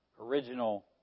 original